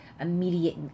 immediate